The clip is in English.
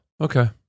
Okay